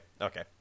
Okay